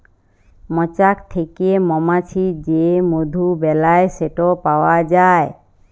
মচাক থ্যাকে মমাছি যে মধু বেলায় সেট পাউয়া যায়